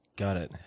got it.